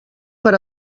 per